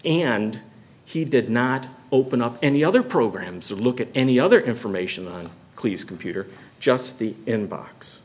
and he did not open up any other programs or look at any other information on please computer just the inbox